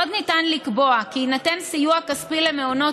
עוד ניתן לקבוע כי יינתן סיוע כספי למעונות